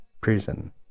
prison